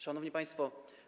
Szanowni Państwo!